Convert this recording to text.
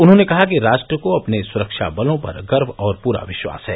उन्होंने कहा कि राष्ट्र को अपने सुख्ताबलों पर गर्व और पूरा विश्वास है